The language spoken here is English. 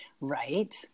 Right